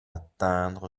atteindre